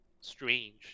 strange